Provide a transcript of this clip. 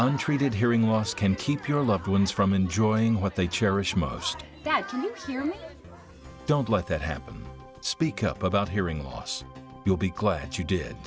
untreated hearing loss can keep your loved ones from enjoying what they cherish most bad to say here don't let that happen speak up about hearing loss you'll be glad you did